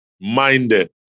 minded